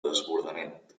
desbordament